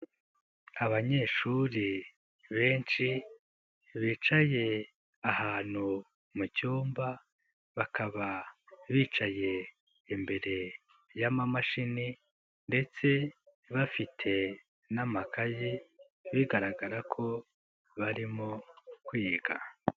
Abanyeshuri benshi bicaye ahantu mu cyumba, bakaba bicaye imbere y'amamashini ndetse bafite n'amakaye bigaragara ko barimo kwiga.